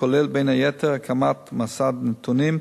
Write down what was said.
כולל בין היתר הקמת מסד נתונים,